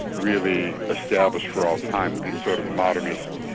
really established for all time the sort of modernist,